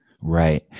Right